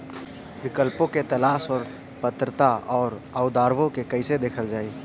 विकल्पों के तलाश और पात्रता और अउरदावों के कइसे देखल जाइ?